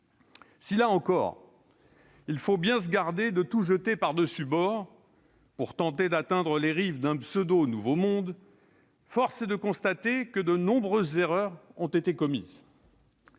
Si, là encore, il faut bien se garder de tout jeter par-dessus bord pour tenter d'atteindre les rives d'un pseudo-nouveau monde, force est de constater que de nombreuses erreurs ont été commises.